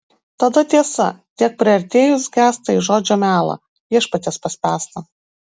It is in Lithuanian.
tada tiesa tiek priartėjus gęsta į žodžio melą viešpaties paspęstą